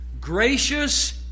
gracious